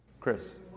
Chris